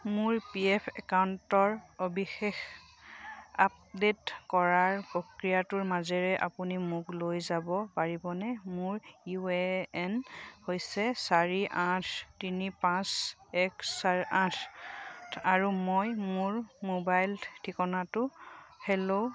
মোৰ P F একাউণ্টৰ সবিশেষ আপডে'ট কৰাৰ প্ৰক্ৰিয়াটোৰ মাজেৰে আপুনি মোক লৈ যাব পাৰিবনে মোৰ ইউ এ এন হৈছে চাৰি আঠ তিনি পাঁচ এক আঠ আৰু মই মোৰ মোবাইল ঠিকনাটো হেল্ল'